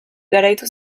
garaitu